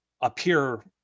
appear